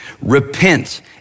Repent